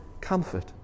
comfort